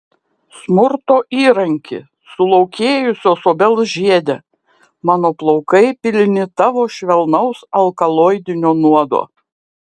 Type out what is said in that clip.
smurto įranki sulaukėjusios obels žiede mano plaukai pilni tavo švelnaus alkaloidinio nuodo